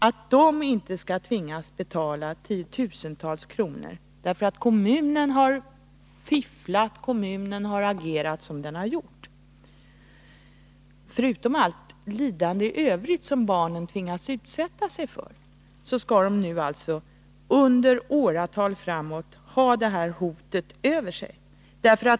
De skall inte tvingas betala 10 000-tals kronor, därför att kommunen har fifflat och agerat som den har gjort. Förutom allt lidande i övrigt som barnen tvingas utsätta sig för skall de nu alltså under åratal framåt ha detta hot över sig.